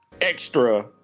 extra